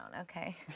okay